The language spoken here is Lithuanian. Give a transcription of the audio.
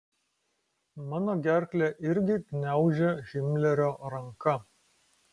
mano gerklę irgi gniaužia himlerio ranka